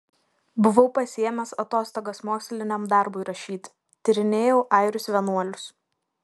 buvau pasiėmęs atostogas moksliniam darbui rašyti tyrinėjau airius vienuolius